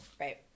Right